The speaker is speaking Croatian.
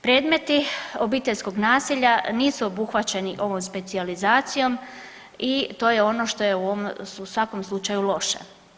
Predmeti obiteljskog nasilja nisu obuhvaćeni ovom specijalizacijom i to je ono što je u ovom u svakom slučaju loše.